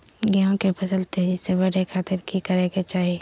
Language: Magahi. गेहूं के फसल तेजी से बढ़े खातिर की करके चाहि?